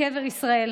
ולקבר ישראל.